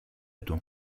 του